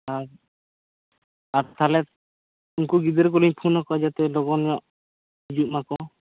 ᱟᱨᱼᱟᱨ ᱛᱟᱦᱚᱞᱮ ᱩᱱᱠᱩ ᱜᱤᱫᱽᱨᱟᱹ ᱠᱚᱞᱤᱧ ᱯᱷᱳᱱ ᱟᱠᱚᱣᱟ ᱡᱟᱛᱮ ᱞᱚᱜᱚᱱ ᱧᱚᱜ ᱦᱤᱡᱩᱜ ᱢᱟᱠᱚ